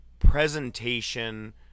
presentation